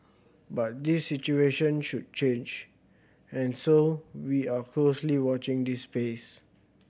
but this situation should change and so we are closely watching this space